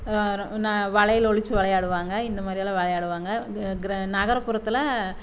வேற நான் வளையல் ஒழிச்சு விளையாடுவாங்க இந்தமாதிரி எல்லாம் விளையாடுவாங்க நகர்புறத்தில்